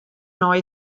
nei